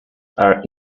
are